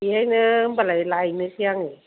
बेहायनो होनबालाय लायनोसै आङो